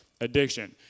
Addiction